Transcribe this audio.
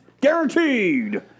Guaranteed